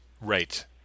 Right